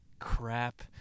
Crap